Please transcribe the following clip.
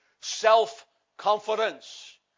self-confidence